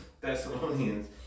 Thessalonians